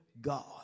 God